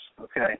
Okay